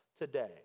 today